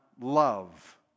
love